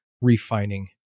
refining